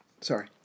Sorry